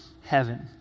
heaven